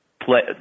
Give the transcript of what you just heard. play